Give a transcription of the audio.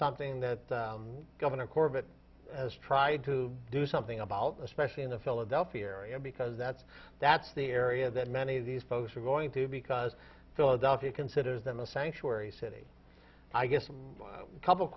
something that governor corbett as tried to do something about especially in the philadelphia area because that's that's the area that many of these folks are going to because philadelphia considers them a sanctuary city i guess a couple